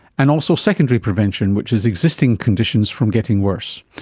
and also secondary prevention, which is existing conditions, from getting worse,